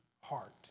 heart